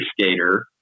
skater